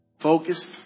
focused